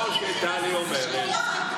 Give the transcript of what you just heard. כמו שטלי אומרת,